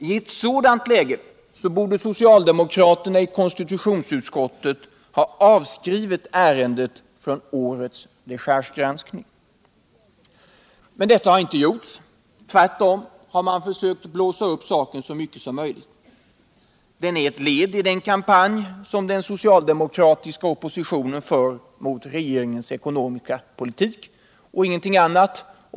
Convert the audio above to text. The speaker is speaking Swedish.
I ett sådant läge borde socialdemokraterna i konstitutionsutskottet ha avskrivit ärendet från årets dechargegranskning. Men detta har inte gjorts. Tvärtom har man försökt blåsa upp saken så mycket som möjligt. Detta är ett led i den kampanj som den socialdemokratiska oppositionen för mot regeringens ekonomiska politik, och ingenting annat.